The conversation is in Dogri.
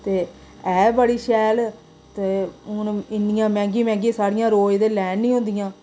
ते ऐ बड़ी शैल ते हून इन्नियां मैंह्गिया मैंह्गियां साड़ियां रोज ते लैन नी होंदियां